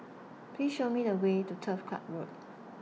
Please Show Me The Way to Turf Club Road